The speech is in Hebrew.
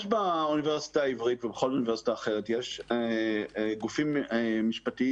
יש באוניברסיטה העברית ובכל אוניברסיטה אחרת גופים משפטיים